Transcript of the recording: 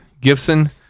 Gibson